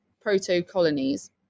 proto-colonies